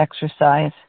exercise